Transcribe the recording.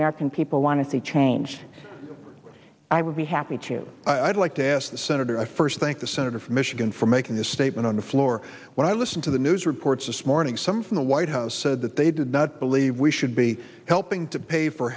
american people want to see changed i would be happy to i'd like to ask the senator i first thank the senator from michigan for making his statement on the floor when i listen to the news reports this morning some from the white house said that they did not believe we should be helping to pay for